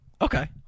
okay